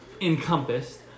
encompassed